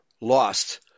lost